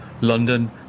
London